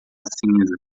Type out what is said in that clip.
cinza